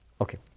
Okay